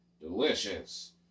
Delicious